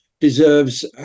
deserves